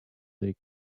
they